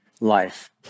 life